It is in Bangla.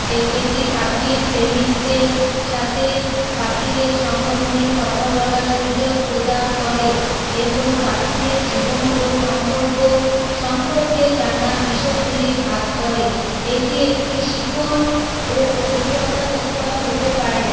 এটি পাখির প্রেমিকদের সাথে পাখিদের সংগঠনের কথা বলার সুযোগ প্রদান করে এবং পাখিদের জীবন ও সম্পর্ক সম্পর্কে জানা বিষয়গুলি ভাগ করে এটি একটি শিখন ও অভিজ্ঞতা স্থল হতে পারে